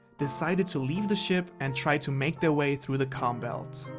decided to leave the ship and try to make their way through the calm belt.